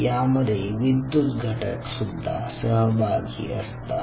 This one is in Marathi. यामध्ये विद्युत घटक सुद्धा सहभागी असतात